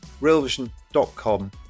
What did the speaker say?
realvision.com